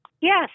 Yes